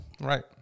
Right